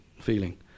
feeling